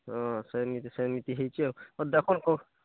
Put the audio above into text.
ହଁ ସେମିତି ସେମିତି ହେଇଛି ଆଉ ହଁ ଦେଖନ୍ତୁ